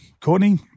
Courtney